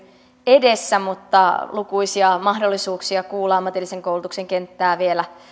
edessä mutta lukuisia mahdollisuuksia kuulla ammatillisen koulutuksen kenttää vielä